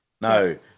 no